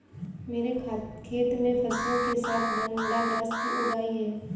मेरे खेत में फसलों के साथ बरमूडा ग्रास भी उग आई हैं